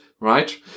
right